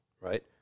right